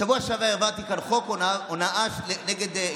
בשבוע שעבר העברתי כאן חוק נגד הונאה של קשישים.